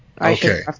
okay